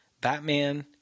Batman